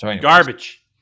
Garbage